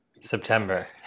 September